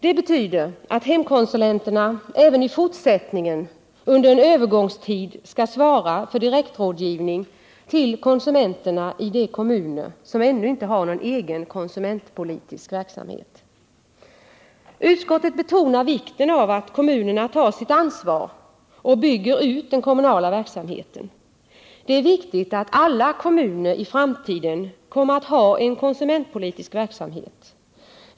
Det betyder att hemkonsulenterna även i fortsättningen under en övergångstid skall svara för direktrådgivning till konsumenterna i de kommuner som ännu inte har någon egen konsumentpolitisk verksamhet. Utskottet betonar vikten av att kommunerna tar sitt ansvar och bygger ut den kommunala verksamheten. Det är viktigt att alla kommuner i framtiden kommer att ha en konsumentpolitisk verksamhet.